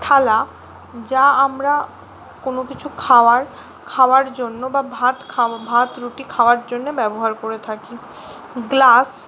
থালা যা আমরা কোনো কিছু খাওয়ার খাওয়ার জন্য বা ভাত ভাত রুটি খাওয়ার জন্য ব্যবহার করে থাকি গ্লাস